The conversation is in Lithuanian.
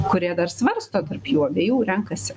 kurie dar svarsto tarp jų abiejų renkasi